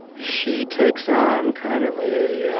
she takes on kind of a